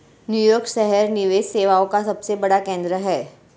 New York शहर निवेश सेवाओं का सबसे बड़ा केंद्र है